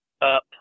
up